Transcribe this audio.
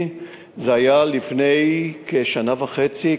זה היה לפני כשנה וחצי,